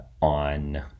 on